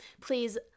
Please